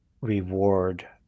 reward